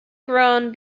ground